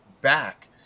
back